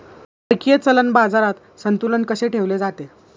परकीय चलन बाजारात संतुलन कसे ठेवले जाते?